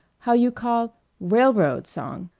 how you call railroad song.